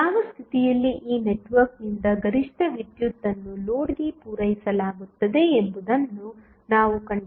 ಯಾವ ಸ್ಥಿತಿಯಲ್ಲಿ ಈ ನೆಟ್ವರ್ಕ್ ನಿಂದ ಗರಿಷ್ಠ ವಿದ್ಯುತ್ ಅನ್ನು ಲೋಡ್ಗೆ ಪೂರೈಸಲಾಗುತ್ತದೆ ಎಂಬುದನ್ನು ನಾವು ಕಂಡುಹಿಡಿಯಬೇಕು